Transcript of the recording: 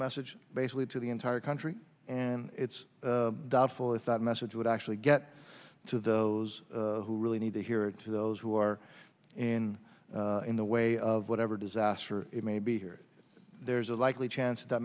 message basically to the entire country and it's doubtful if that message would actually get to those who really need to hear it to those who are in in the way of whatever disaster it may be here there's a likely chance that